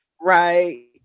Right